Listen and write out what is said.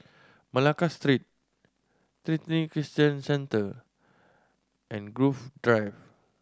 Malacca Street Trinity Christian Centre and Grove Drive